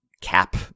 cap